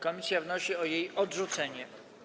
Komisja wnosi o jej odrzucenie.